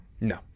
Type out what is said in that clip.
No